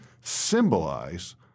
symbolize